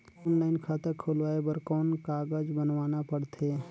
Online खाता खुलवाय बर कौन कागज बनवाना पड़थे?